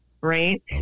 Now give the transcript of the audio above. right